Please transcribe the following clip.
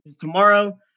Tomorrow